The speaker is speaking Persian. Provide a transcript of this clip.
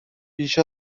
بیش